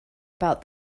about